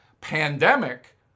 pandemic